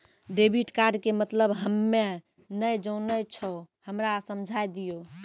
Debit card के मतलब हम्मे नैय जानै छौ हमरा समझाय दियौ?